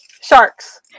Sharks